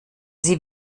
sie